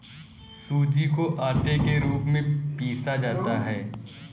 सूजी को आटे के रूप में पीसा जाता है